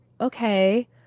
okay